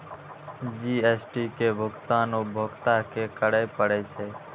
GST के भुगतान उपभोक्ता कें करय पड़ै छै